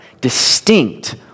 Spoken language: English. distinct